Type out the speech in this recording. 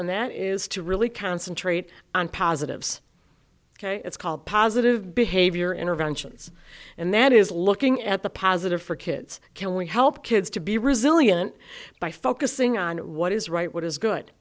and that is to really concentrate on positives ok it's called positive behavior interventions and that is looking at the positive for kids can we help kids to be resilient by focusing on what is right what is good